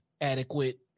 adequate